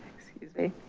excuse me,